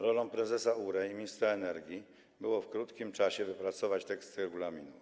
Rolą prezesa URE i ministra energii było w krótkim czasie wypracować tekst regulaminu.